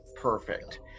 perfect